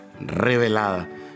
revelada